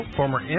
former